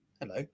Hello